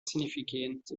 significant